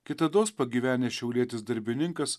kitados pagyvenęs šiaulietis darbininkas